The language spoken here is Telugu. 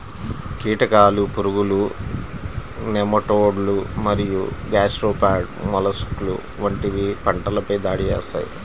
కీటకాలు, పురుగులు, నెమటోడ్లు మరియు గ్యాస్ట్రోపాడ్ మొలస్క్లు వంటివి పంటలపై దాడి చేస్తాయి